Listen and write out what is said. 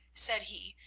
said he,